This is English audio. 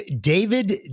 David